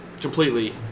Completely